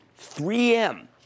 3M